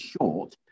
short